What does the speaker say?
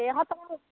এই